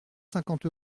cinquante